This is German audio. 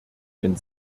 ein